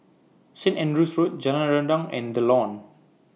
Saint Andrew's Road Jalan Rendang and The Lawn